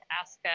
ask